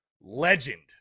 legend